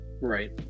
right